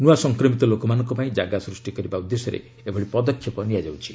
ନୂଆ ସଂକ୍ରମିତ ଲୋକମାନଙ୍କ ପାଇଁ କାଗା ସୃଷ୍ଟି କରିବା ଉଦ୍ଦେଶ୍ୟରେ ଏଭଳି ପଦକ୍ଷେପ ନିଆଯାଇଛି